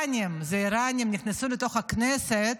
זה האיראנים, זה האיראנים נכנסו לתוך הכנסת